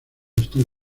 están